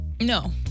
No